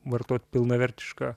vartot pilnavertišką